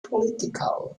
political